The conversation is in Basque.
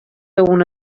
dugun